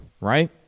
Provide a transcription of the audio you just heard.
right